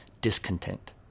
discontent